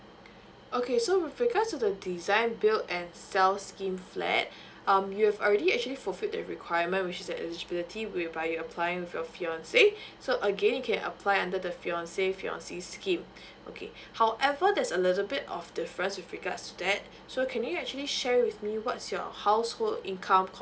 okay so with regards to the design build and sell scheme flat um you've already actually fulfiled the requirement with the eligibility whereby you applying with your fiance so again you can apply under the fiance fiancee scheme okay however there's a little bit of difference with regards to that so can you actually share with me what's your household income